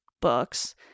books